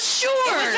sure